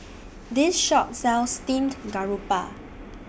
This Shop sells Steamed Garoupa